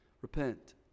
Repent